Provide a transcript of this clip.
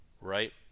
right